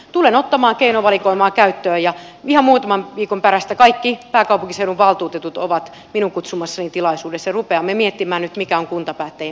tulen ottamaan keinovalikoimaa käyttöön ja ihan muutaman viikon perästä kaikki pääkaupunkiseudun valtuutetut ovat minun kutsumassani tilaisuudessa ja rupeamme miettimään nyt mikään kunta päätti